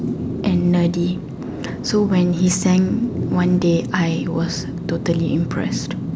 and nerdy so when he sang one day I was totally impressed